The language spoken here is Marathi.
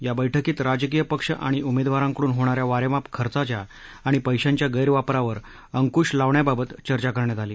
या बैठकीत राजकीय पक्ष आणि उमेदवारांकडून होणाऱ्या वारेमाप खर्चाच्या आणि पैशांच्या गैरवापरावर अंकुश लावण्याबाबत चर्चा करण्यात आली